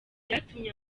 byatumye